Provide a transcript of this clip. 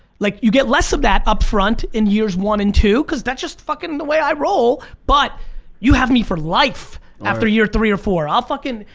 like you get less of that upfront in years one and two cause that's just fucking the way i roll, but you have me for life after year three or four. i'll fucking,